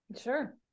Sure